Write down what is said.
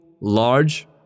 large